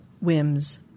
whims